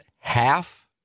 half